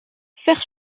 fère